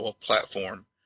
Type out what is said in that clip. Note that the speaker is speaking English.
platform